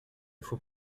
faut